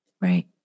Right